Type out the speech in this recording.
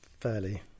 fairly